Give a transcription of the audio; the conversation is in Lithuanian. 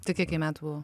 tai kiek jai metų buvo